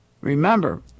remember